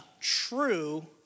true